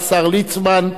השר ליצמן,